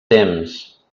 temps